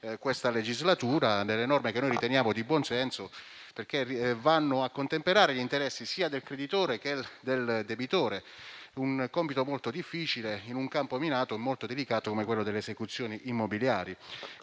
questa legislatura. Riteniamo tali norme di buonsenso perché vanno a contemperare gli interessi sia del creditore che del debitore, un compito molto difficile in un campo minato, molto delicato come quello delle esecuzioni immobiliari.